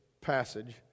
passage